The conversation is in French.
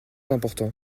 important